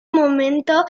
momento